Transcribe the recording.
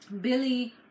Billy